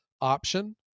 option